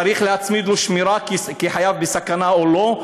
צריך להצמיד לו שמירה כי חייו בסכנה, או לא?